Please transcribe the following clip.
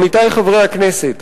עמיתי חברי הכנסת,